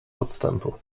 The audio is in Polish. podstępu